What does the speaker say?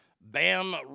Bam